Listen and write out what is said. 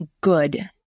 good